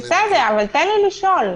בסדר, אבל תן לי לשאול.